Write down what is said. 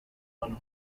one